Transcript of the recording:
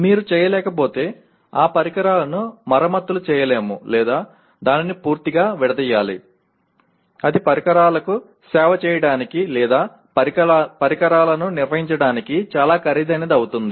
మీరు చేయలేకపోతే ఆ పరికరాలను మరమ్మతులు చేయలేము లేదా దానిని పూర్తిగా విడదీయాలి అది పరికరాలకు సేవ చేయడానికి లేదా పరికరాలను నిర్వహించడానికి చాలా ఖరీదైనది అవుతుంది